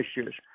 issues